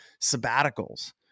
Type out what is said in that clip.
sabbaticals